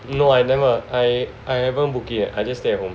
no I never I I haven't book yet I just stay at home